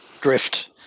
drift